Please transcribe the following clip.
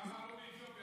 וכמה עלו מאתיופיה,